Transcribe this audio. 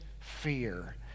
fear